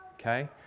okay